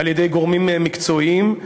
על-ידי גורמים מקצועיים,